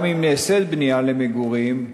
גם אם נעשית בנייה למגורים,